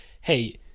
hey